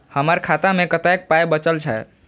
हमर खाता मे कतैक पाय बचल छै